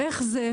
איך זה?